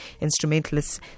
instrumentalists